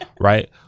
right